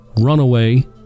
Runaway